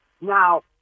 Now